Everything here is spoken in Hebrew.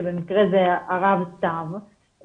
שמקרה זה הרב סתיו,